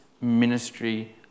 ministry